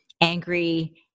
angry